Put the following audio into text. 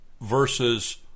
versus